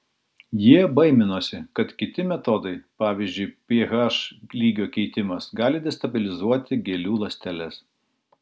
jie baiminosi kad kiti metodai pavyzdžiui ph lygio keitimas gali destabilizuoti gėlių ląsteles